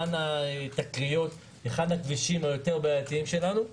התקריות והכבישים היותר בעייתיים שלנו.